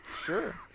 sure